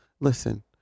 Listen